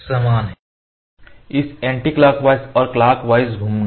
तो केवल एक चीज यह है कि इस एंटीक्लॉकवाइज और क्लॉकवाइज का घूमना